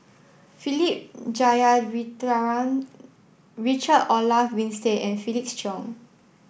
Philip Jeyaretnam Richard Olaf Winstedt and Felix Cheong